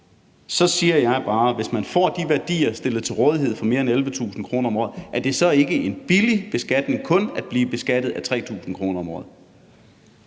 Så siger jeg bare: Hvis man får de værdier stillet til rådighed, altså for mere end 11.000 kr. om året, er det så ikke en billig beskatning, altså hvis man kun bliver beskattet af 3.000 kr. om året?